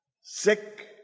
Sick